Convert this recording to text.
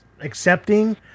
accepting